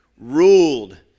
ruled